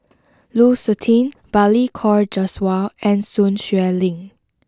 Lu Suitin Balli Kaur Jaswal and Sun Xueling